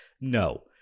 No